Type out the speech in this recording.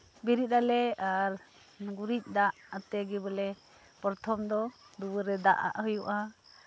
ᱵᱮᱨᱮᱫ ᱟᱞᱮ ᱟᱨ ᱜᱩᱨᱤᱡ ᱫᱟᱜ ᱟᱛᱮ ᱜᱮ ᱵᱚᱞᱮ ᱯᱨᱚᱛᱷᱚᱢ ᱫᱚ ᱫᱩᱣᱟᱹᱨ ᱨᱮ ᱫᱟᱜ ᱟᱜ ᱦᱳᱭᱳᱜᱼᱟ